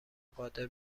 قادر